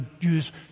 use